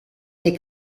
est